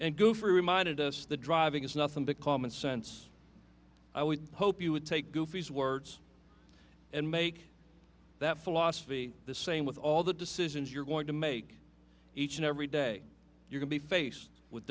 and goofy reminded us that driving is nothing but common sense i would hope you would take goofy's words and make that philosophy the same with all the decisions you're going to make each and every day you can be faced with